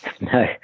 No